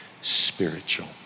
spiritual